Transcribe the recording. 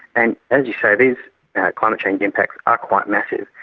and as you say, these climate change impacts are quite massive.